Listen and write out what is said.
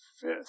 fifth